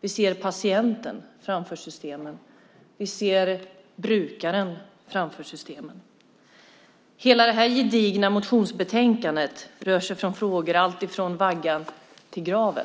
Vi ser patienten framför systemen. Vi ser brukaren framför systemen. Hela det här gedigna motionsbetänkandet berör frågor från vaggan till graven.